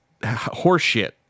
horseshit